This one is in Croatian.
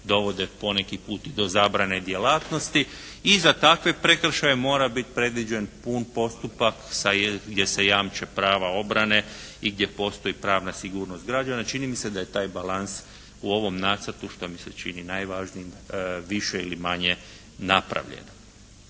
dovode poneki put i do zabrane djelatnosti i za takve prekršaje mora biti predviđen pun postupak gdje se jamče prava obrane i gdje postoji pravna sigurnost građana, čini mi se da je taj balans u ovom nacrtu što mi se čini najvažnijim više ili manje napravljen.